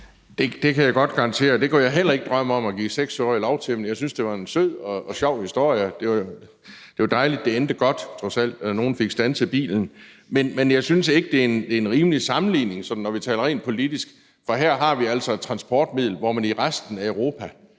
jeg godt garantere at jeg heller ikke kunne drømme om at give en 6-årig lov til, men jeg synes, det var en sød og sjov historie, og det var jo dejligt, at det trods alt endte godt, og at nogen fik standset bilen. Men jeg synes ikke, det er en rimelig sammenligning, når vi taler rent politisk. For her har vi altså et transportmiddel, hvor man i resten af Europa